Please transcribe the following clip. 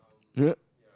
yup